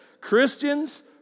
Christians